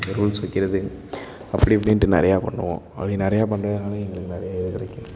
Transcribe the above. இந்த ரூல்ஸ் வைக்கிறது அப்படி இப்படின்ட்டு நிறையா பண்ணுவோம் அப்படி நிறையா பண்ணுறதுனால எங்களுக்கு நிறைய இது கிடைக்கும்